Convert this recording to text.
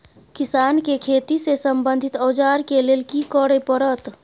किसान के खेती से संबंधित औजार के लेल की करय परत?